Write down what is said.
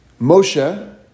Moshe